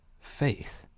faith